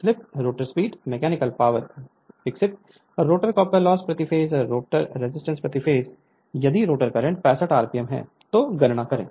slip rotor speed mechanical power विकसित rotor copper loss प्रति phase rotor resistance प्रति phase यदि रोटर करंट 65 एम्पीयर है तो गणना करें